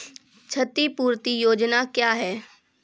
क्षतिपूरती योजना क्या हैं?